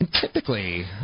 Typically